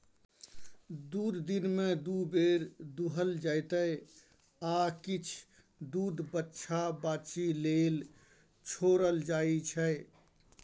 दुध दिनमे दु बेर दुहल जेतै आ किछ दुध बछ्छा बाछी लेल छोरल जाइ छै